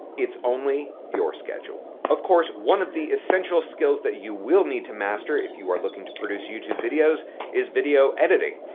only your schedule. of course, one of the essential skills that you will need to master if you are looking to produce youtube videos is video editing.